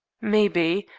maybe.